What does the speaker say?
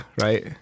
right